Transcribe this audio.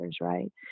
right